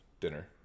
dinner